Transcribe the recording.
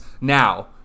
now